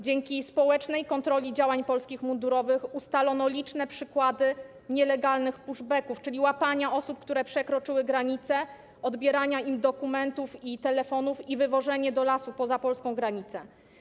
Dzięki społecznej kontroli działań polskich mundurowych ustalono liczne przykłady nielegalnych pushbacków, czyli łapania osób, które przekroczyły granice, odbierania im dokumentów i telefonów i wywożenia ich do lasu poza polską granicę.